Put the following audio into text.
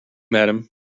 madam